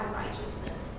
righteousness